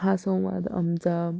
हा संवाद आमचा